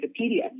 Wikipedia